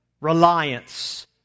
reliance